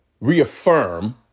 reaffirm